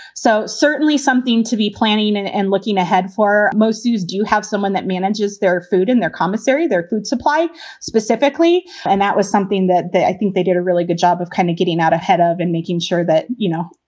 so certainly something to be planning and and looking ahead for most. do you have someone that manages their food in their commissary? their food supply specifically? and that was something that i think they did a really good job of kind of getting out ahead of and making sure that, you know,